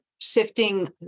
shifting